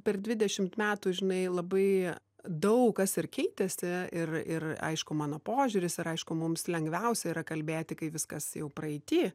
per dvidešimt metų žinai labai daug kas ir keitėsi ir ir aišku mano požiūris ir aišku mums lengviausia yra kalbėti kai viskas jau praeity